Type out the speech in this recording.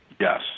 Yes